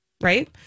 Right